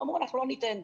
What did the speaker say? אמרו: אנחנו לא ניתן.